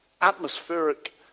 atmospheric